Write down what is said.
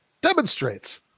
demonstrates